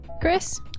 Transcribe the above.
chris